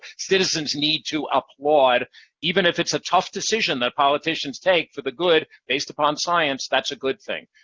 citizens need to applaud even if it's a tough decision that politicians take for the good based upon science, that's a good thing.